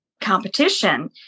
competition